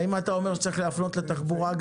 אם אתה אומר שצריך להפנות לתחבורה,